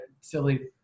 silly